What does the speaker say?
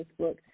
Facebook